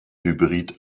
hybrid